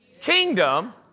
kingdom